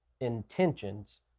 intentions